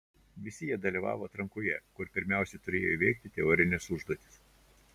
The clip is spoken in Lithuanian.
visi jie dalyvavo atrankoje kur pirmiausia turėjo įveikti teorines užduotis